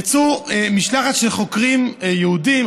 יצאה משלחת של חוקרים יהודים,